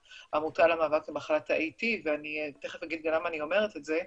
העמותה למאבק במחלת ה-A-T ואני תיכף אגיד גם למה אני אומרת את זה.